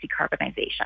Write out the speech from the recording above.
decarbonization